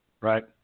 Right